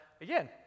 again